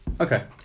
Okay